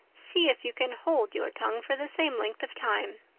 see if you can hold your tongue for the same length of time.